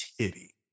Titty